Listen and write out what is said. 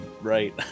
right